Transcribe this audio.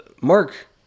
Mark